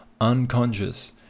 unconscious